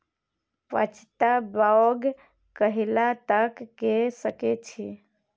पछात बौग कहिया तक के सकै छी?